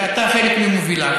שאתה חלק ממוביליו,